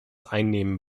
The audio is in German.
einnehmen